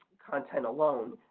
content alone.